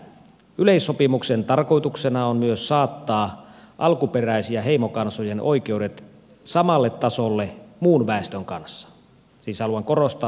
yleissopimuksen tarkoituksena on myös saattaa alkuperäis ja heimokansojen oikeudet samalle tasolle muun väestön kanssa siis haluan korostaa